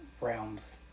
realms